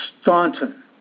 Staunton